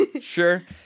Sure